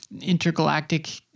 intergalactic